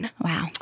Wow